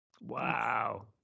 Wow